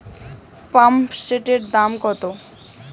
পাম্পসেটের দাম কত?